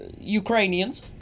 Ukrainians